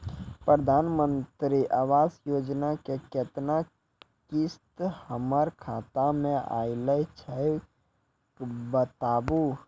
प्रधानमंत्री मंत्री आवास योजना के केतना किस्त हमर खाता मे आयल छै बताबू?